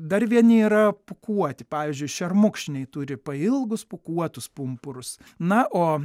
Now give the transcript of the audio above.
dar vieni yra pūkuoti pavyzdžiui šermukšniai turi pailgus pūkuotus pumpurus na o